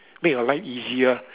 make your life easier